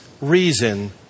reason